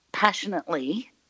passionately